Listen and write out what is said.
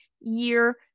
year